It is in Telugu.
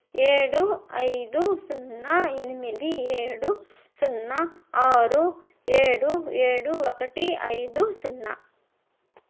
ఏడు ఐదు సున్నా ఎనిమిది ఏడు సున్నా ఆరు ఏడు ఏడు ఒకటి ఐదు సున్నా